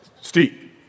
Steve